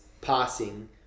passing